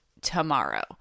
tomorrow